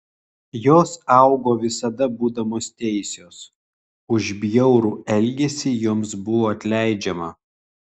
jos augo visada būdamos teisios už bjaurų elgesį joms buvo atleidžiama